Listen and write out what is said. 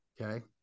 okay